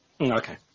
Okay